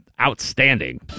outstanding